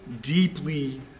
deeply